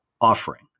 offering